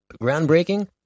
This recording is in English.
groundbreaking